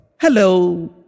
Hello